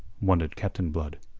wondered captain blood.